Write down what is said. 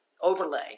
overlay